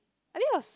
I think it was